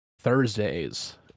Thursdays